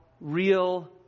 real